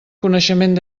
coneixement